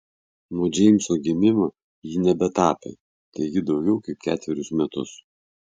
nuo džeimso gimimo ji nebetapė taigi daugiau kaip ketverius metus